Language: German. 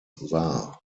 war